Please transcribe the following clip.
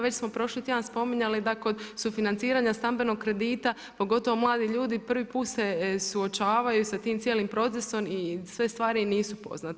Već smo prošli tjedan spominjali da kod sufinanciranja stambenog kredita pogotovo mladi ljudi prvi put se suočavaju sa tim cijelim procesom i sve stvari im nisu poznate.